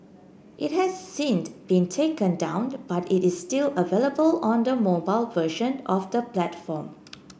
it has since been taken down but it is still available on the mobile version of the platform